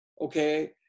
okay